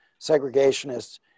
segregationists